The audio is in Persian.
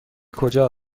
کجا